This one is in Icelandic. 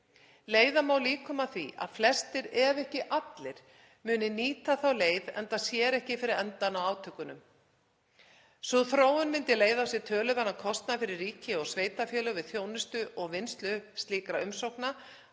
Leiða má líkur að því að flestir ef ekki allir muni nýta þá leið enda sér ekki fyrir endann á átökunum. Sú þróun myndi leiða af sér töluverðan kostnað fyrir ríki og sveitarfélög við þjónustu og vinnslu slíkra umsókna